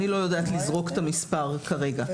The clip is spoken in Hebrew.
אני לא יודעת לזרוק את המספר כרגע.